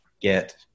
get